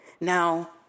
Now